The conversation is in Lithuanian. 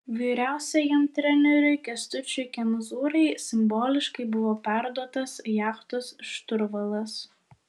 vyriausiajam treneriui kęstučiui kemzūrai simboliškai buvo perduotas jachtos šturvalas